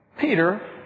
Peter